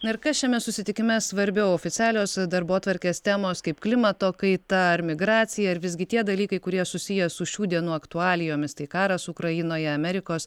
na ir kas šiame susitikime svarbiau oficialios darbotvarkės temos kaip klimato kaita ar migracija ar visgi tie dalykai kurie susiję su šių dienų aktualijomis tai karas ukrainoje amerikos